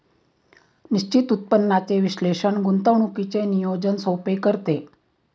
निश्चित उत्पन्नाचे विश्लेषण गुंतवणुकीचे नियोजन सोपे करते